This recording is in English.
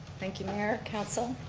thank you mayor, council,